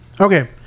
Okay